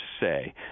say